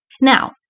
Now